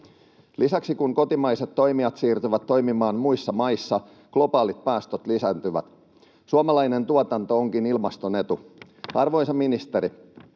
Lisäksi kun kotimaiset toimijat siirtyvät toimimaan muissa maissa, globaalit päästöt lisääntyvät. Suomalainen tuotanto onkin ilmaston etu. Arvoisa ministeri,